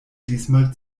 diesmal